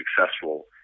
successful